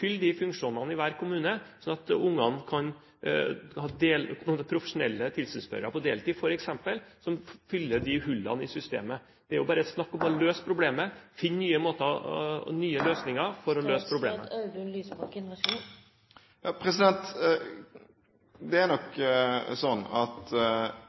fylle de funksjonene i hver kommune, slik at ungene kan ha profesjonelle tilsynsførere på deltid f.eks., som fyller de hullene i systemet? Det er jo bare snakk om å finne nye måter å løse problemet på. Det er nok sånn at